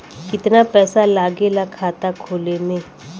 कितना पैसा लागेला खाता खोले में?